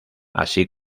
así